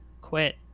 quit